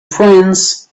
friends